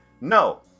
No